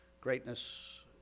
greatness